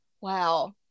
wow